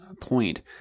point